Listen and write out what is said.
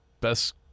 best